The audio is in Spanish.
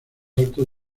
alto